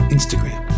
Instagram